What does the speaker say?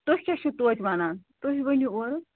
تُہۍ کیٛاہ چھِو تویتہِ وَنان تُہۍ ؤنِو اورٕ